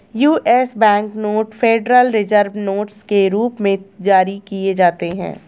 US bank note Federal Reserve notes के रूप में जारी किए जाते हैं